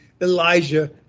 Elijah